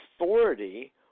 authority